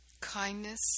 kindness